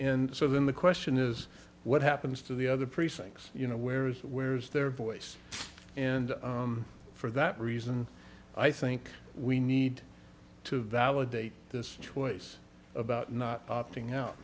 and so then the question is what happens to the other precincts you know where is where is their voice and for that reason i think we need to validate this choice about not opting out